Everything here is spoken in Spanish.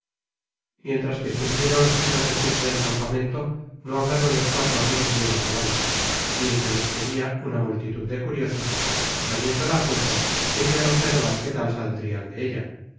mientras que estuvieron en el recinto del campamento no hablaron los cuatro amigos ni una palabra bien que les seguia una multitud de curiosos que sabiendo la apuesta querian observar que tal saldrian de ella